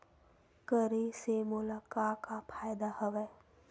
करे से मोला का का फ़ायदा हवय?